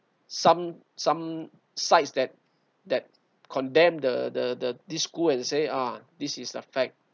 some some sites that that condemn the the the disco and say ah this is the fact